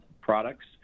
products